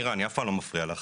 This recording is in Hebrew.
מירה, אני אף פעם לא מפריע לך.